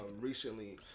Recently